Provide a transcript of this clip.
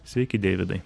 sveiki deividai